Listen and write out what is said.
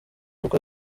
kuko